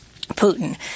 Putin